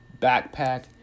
backpack